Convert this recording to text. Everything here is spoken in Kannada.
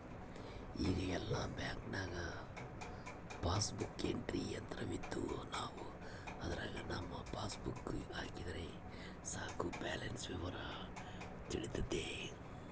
ಈಗ ಎಲ್ಲ ಬ್ಯಾಂಕ್ನಾಗ ಪಾಸ್ಬುಕ್ ಎಂಟ್ರಿ ಯಂತ್ರವಿದ್ದು ನಾವು ಅದರಾಗ ನಮ್ಮ ಪಾಸ್ಬುಕ್ ಹಾಕಿದರೆ ಸಾಕು ಬ್ಯಾಲೆನ್ಸ್ ವಿವರ ತಿಳಿತತೆ